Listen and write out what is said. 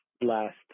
last